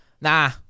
nah